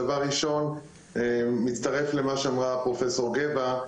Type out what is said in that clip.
דבר ראשון, מצטרף למה שאמרה פרופ' גבע.